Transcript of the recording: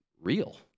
real